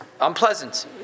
unpleasant